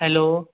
hello